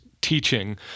teaching